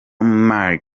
marc